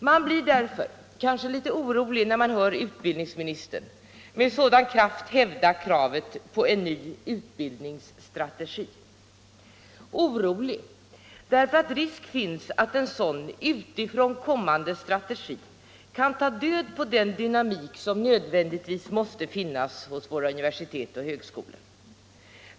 Man blir därför kanske litet orolig när man hör utbildningsministern med sådan kraft hävda kravet på en ny utbildningsstrategi, orolig därför att risk finns att en sådan utifrån kommande strategi kan ta död på den dynamik som nödvändigtvis måste finnas hos våra universitet och högskolor.